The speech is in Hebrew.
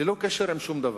ללא קשר עם שום דבר,